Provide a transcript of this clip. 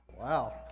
wow